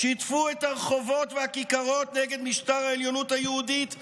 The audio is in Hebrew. שטפו את הרחובות והכיכרות נגד משטר העליונות היהודית הגזענית.